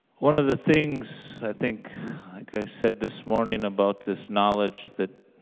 one of the things i think like i said this morning about this knowledge that